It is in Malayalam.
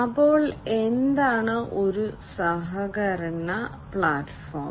അപ്പോൾ എന്താണ് ഒരു സഹകരണ പ്ലാറ്റ്ഫോം